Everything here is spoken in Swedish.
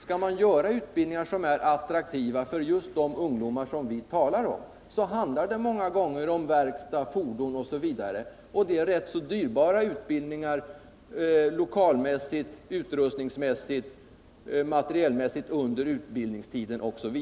Skall man starta utbildningar som är attraktiva för just de ungdomar vi talar om handlar det många gånger om verkstadsarbete, arbete med fordon osv., och det är dyrbara utbildningar lokalmässigt, utrustningsmässigt och materielmässigt.